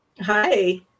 Hi